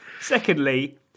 Secondly